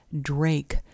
Drake